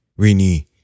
Rini